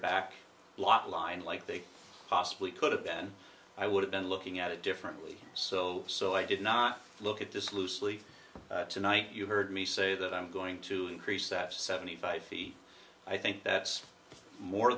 back lot line like they possibly could have been i would have been looking at it differently so so i did not look at this loosely tonight you heard me say that i'm going to increase that seventy five feet i think that's more